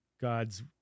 God's